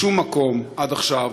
בשום מקום עד עכשיו,